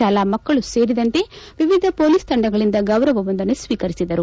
ಶಾಲಾ ಮಕ್ಕಳು ಸೇರಿದಂತೆ ವಿವಿಧ ಮೊಲೀಸ್ ತಂಡಗಳಿಂದ ಗೌರವ ವಂದನೆ ಸ್ವೀಕರಿಸಿದರು